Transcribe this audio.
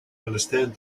understand